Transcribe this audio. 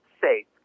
safe